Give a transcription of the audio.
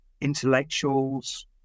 intellectuals